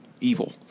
evil